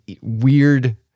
weird